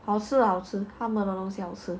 好吃好吃他们的东西好吃